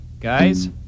guys